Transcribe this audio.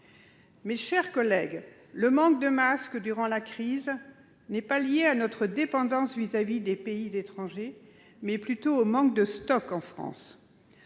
Mes chers collègues, le manque de masque durant la crise est lié non pas à notre dépendance à l'égard des pays étrangers, mais plutôt au manque de stocks en France.